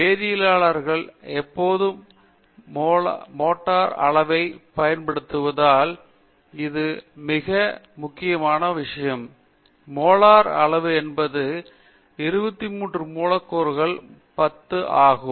வேதியியலாளர்கள் எப்போதும் மோலார் அளவைப் பயன்படுத்துவதால் இது மிக முக்கியமான விஷயம் மொலார் அளவு என்பது 23 மூலக்கூறுகளுக்கு 10 ஆகும்